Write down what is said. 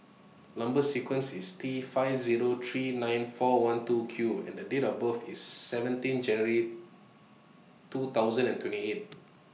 Number sequence IS T five Zero three nine four one two Q and The Date of birth IS seventeen January two thousand and twenty eight